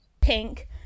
Pink